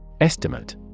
Estimate